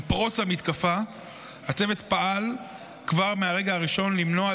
עם פרוץ המתקפה הצוות פעל כבר מהרגע הראשון למנוע,